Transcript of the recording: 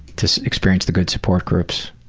to experience the good support groups.